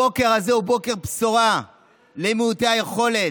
הבוקר הזה הוא בוקר בשורה למעוטי היכולת,